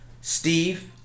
Steve